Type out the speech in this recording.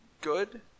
good